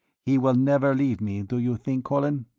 he will never leave me, do you think, colin?